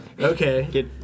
Okay